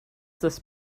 this